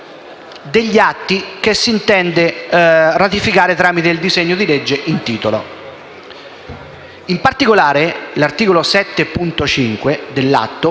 atti pattizi che si intende ratificare tramite il disegno di legge in titolo. In particolare, l'articolo 7.5 dell'atto